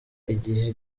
igihe